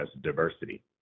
diversity